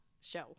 show